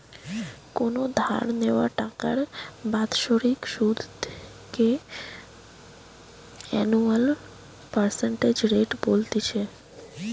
কোনো ধার নেওয়া টাকার বাৎসরিক সুধ কে অ্যানুয়াল পার্সেন্টেজ রেট বলতিছে